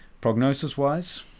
Prognosis-wise